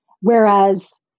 whereas